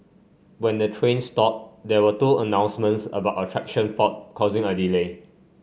when the train stalled there were two announcements about a traction fault causing a delay